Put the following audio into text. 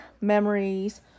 memories